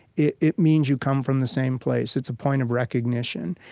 it it means you come from the same place. it's a point of recognition.